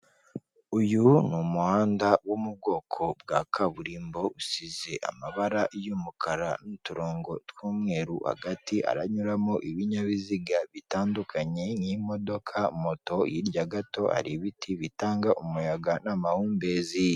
Uyu ni umuhanda wo mu bwoko bwa kaburimbo, usize amabara y'umukara n'uturongo tw'umweru, hagati aranyuramo ibinyabiziga bitandukanye nk'imodoka, moto, hirya gato hari ibiti bitanga umuyaga n'amahumbezi.